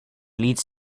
leads